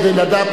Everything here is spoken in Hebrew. כדי לדעת,